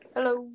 Hello